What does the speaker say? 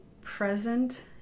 present